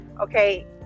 okay